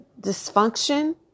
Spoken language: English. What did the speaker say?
dysfunction